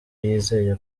yizeye